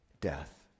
death